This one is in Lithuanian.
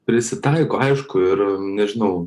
prisitaiko aišku ir nežinau